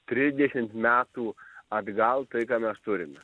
trisdešim metų atgal tai ką mes turime